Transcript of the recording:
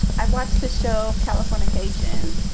i've watched the show californication.